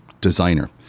designer